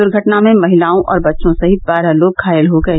दूर्घटना में महिलाओं और बच्चों सहित बारह लोग घायल हो गये